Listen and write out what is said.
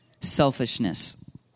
Selfishness